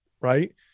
right